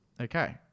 Okay